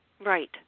Right